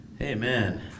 Amen